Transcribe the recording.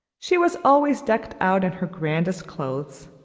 she was always decked out in her grandest clothes,